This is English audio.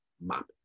map